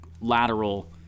lateral